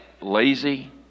lazy